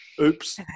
oops